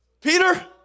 Peter